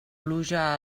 pluja